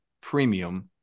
premium